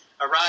arrive